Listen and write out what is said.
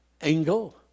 angle